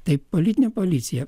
tai politinė policija